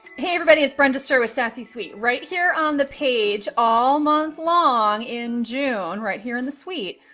hey everybody, it's brenda ster with sassy suite. right here on the page all month long in june, right here in the suite,